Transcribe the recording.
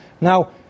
Now